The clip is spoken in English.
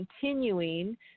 continuing